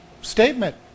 statement